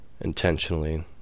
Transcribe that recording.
intentionally